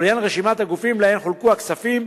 ולעניין רשימת הגופים שלהם חולקו הכספים,